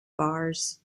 bars